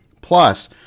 Plus